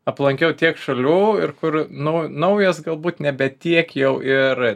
aplankiau tiek šalių ir kur nau naujas galbūt nebe tiek jau ir